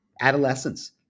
adolescence